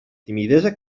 timidesa